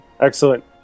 Excellent